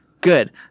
Good